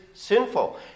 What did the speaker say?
Sinful